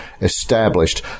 established